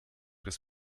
des